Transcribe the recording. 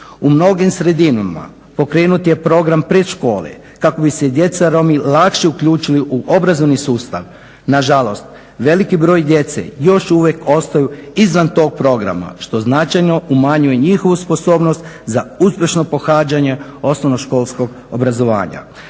U mnogim sredinama pokrenut je program predškole kako bi se djeca Romi lakše uključili u obrazovni sustav. Nažalost, veliki broj djece još uvijek ostaju izvan tog programa što značajno umanjuje njihovu sposobnost za uspješno pohađanje osnovnoškolskog obrazovanja.